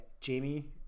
Jamie